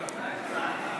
נא לשבת.